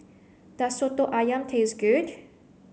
does soto ayam taste good